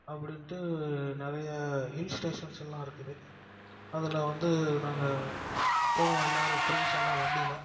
அப்படின்ட்டு நிறைய hill stations எல்லாம் இருக்குது அதில் வந்து நாங்கள் போவோம் எல்லாரும் ஃப்ரெண்ட்ஸ் எல்லாம் வண்டியில்